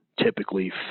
typically